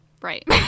right